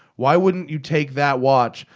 why wouldn't you take that watch,